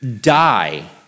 die